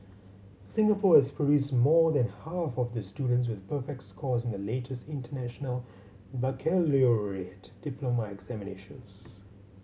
Singapore has produced more than half of the students with perfect scores in the latest International Baccalaureate diploma examinations